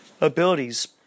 abilities